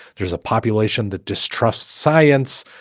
there's a population that distrusts science.